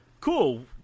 cool